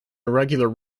irregular